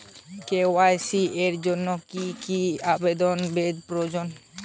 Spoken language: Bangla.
কে.ওয়াই.সি এর জন্যে কি কি দস্তাবেজ প্রয়োজন?